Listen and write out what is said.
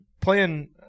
playing